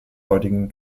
heutigen